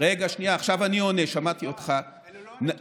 אבל אין 10%. אלו לא הנתונים,